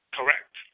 Correct